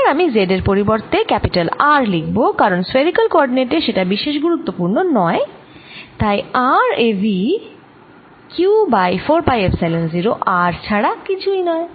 এবার আমি z এর পরিবর্তে R লিখব কারণ স্ফেরিকাল কোঅরডিনেটএ সেটা বিশেষ গুরুত্বপুর্ণ নয় তাই R এ V q by 4 pi epsilon 0 R ছাড়া কিছুই নয়